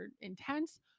intense